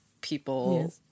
people